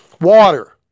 Water